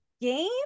game